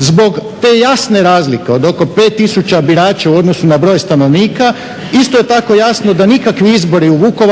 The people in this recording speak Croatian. Zbog te jasne razlike od oko 5000 birača u odnosu na broj stanovnika, isto je tako jasno da nikakvi izbori u Vukovaru